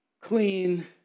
clean